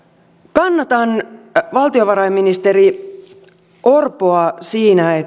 kannatan valtiovarainministeri orpoa siinä